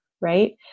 right